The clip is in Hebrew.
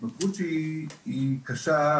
זו התמכרות שהיא קשה,